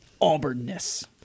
Auburnness